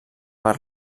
per